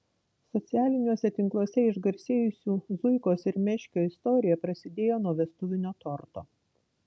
socialiniuose tinkluose išgarsėjusių zuikos ir meškio istorija prasidėjo nuo vestuvinio torto